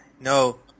No